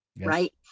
Right